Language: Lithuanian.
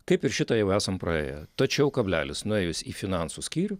kaip ir šitą jau esam praėję tačiau kablelis nuėjus į finansų skyrių